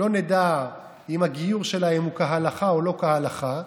לא נדע אם הגיור שלהם הוא כהלכה או לא כהלכה,